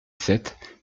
sept